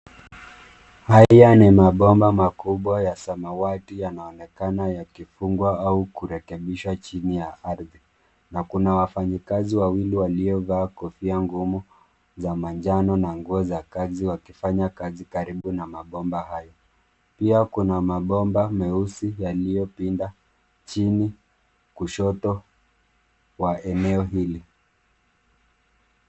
Haya ni mabomba makubwa ya samawati yanaonekana yakifungwa au kurekebishwa chini ya ardhi, na kuna wafanyi kazi wawili waliovaa kofia ngumu za manjano na nguo za kazi wakifanya kazi karibu na mabomba hayo. Pia kuna mabomba meusi yaliyopinda chini kushoto wa eneo hili.